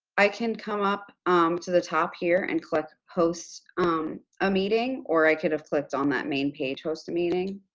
i can come up to the top here and click host a meeting, or i could've clicked on that main page host a meeting.